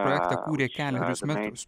projektą kūrė kelerius metus